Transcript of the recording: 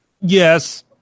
Yes